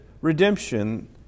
redemption